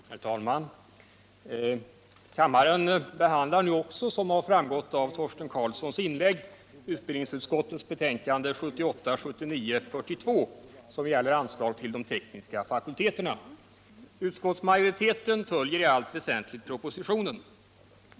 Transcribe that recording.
Herr talman! Kammaren behandlar nu också, som har framgått av Torsten Karlssons inlägg, utbildningsutskottets betänkande 1978/79:42, som gäller anslag till de tekniska fakulteterna. Utskottsmajoriteten följer i allt väsentligt propositionen.